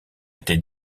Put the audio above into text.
été